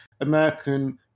American